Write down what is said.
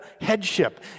headship